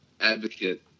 advocate